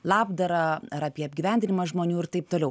labdarą ar apie apgyvendinimą žmonių ir taip toliau